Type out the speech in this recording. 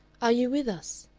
are you with us?